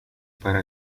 para